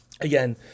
again